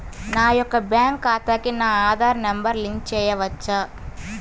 నా యొక్క బ్యాంక్ ఖాతాకి నా ఆధార్ నంబర్ లింక్ చేయవచ్చా?